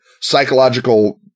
psychological